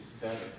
better